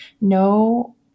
no